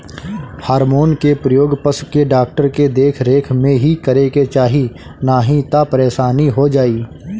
hormone के प्रयोग पशु के डॉक्टर के देख रेख में ही करे के चाही नाही तअ परेशानी हो जाई